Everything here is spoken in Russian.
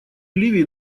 ливии